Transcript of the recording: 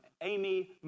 Amy